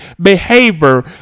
behavior